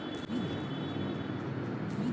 ধান উড়ানোর জন্য কোন মেশিন ব্যবহার করা হয়?